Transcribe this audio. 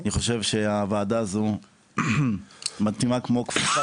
אני חושב שהוועדה הזו מתאימה כמו כפפה